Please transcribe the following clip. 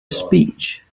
speech